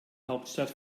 hauptstadt